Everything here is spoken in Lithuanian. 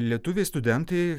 lietuviai studentai